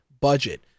budget